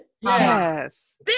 Yes